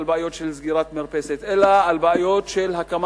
על בעיות של סגירת מרפסת,